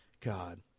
God